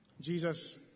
Jesus